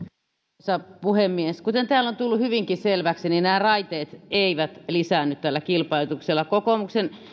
arvoisa puhemies kuten täällä on tullut hyvinkin selväksi niin raiteet eivät lisäänny kilpailutuksella kokoomuksen